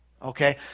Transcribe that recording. Okay